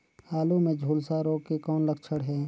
आलू मे झुलसा रोग के कौन लक्षण हे?